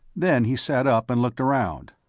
then he sat up and looked around.